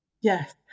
Yes